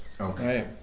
Okay